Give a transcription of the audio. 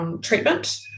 treatment